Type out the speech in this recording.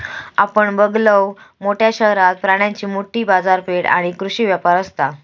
आपण बघलव, मोठ्या शहरात प्राण्यांची मोठी बाजारपेठ आणि कृषी व्यापार असता